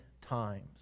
times